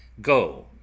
go